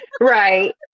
Right